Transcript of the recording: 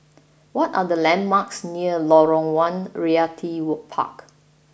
what are the landmarks near Lorong one Realty would Park